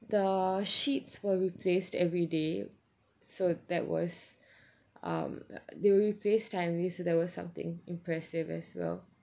the sheets were replaced everyday so that was um they were replace timely so that was something impressive as well